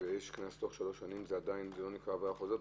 ויש קנס בתוך שלוש שנים, זה לא נקרא עבירה חוזרת?